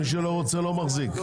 מי שלא רוצה לא מחזיק.